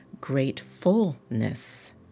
gratefulness